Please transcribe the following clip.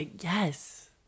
yes